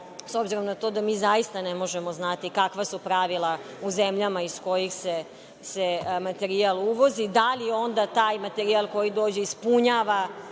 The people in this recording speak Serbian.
S obzirom na to da mi zaista ne možemo znati kakva su pravila u zemljama iz kojih se materijal uvozi, da li onda taj materijal koji dolazi ispunjava